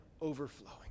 overflowing